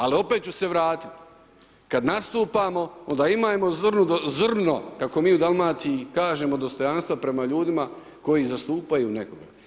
Ali opet ću se vratit, kad nastupamo, onda imajmo zrno, kako mi u Dalmaciji kažemo dostojanstva prema ljudima koji zastupaju nekoga.